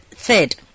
Third